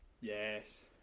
yes